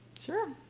Sure